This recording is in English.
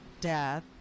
death